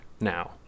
now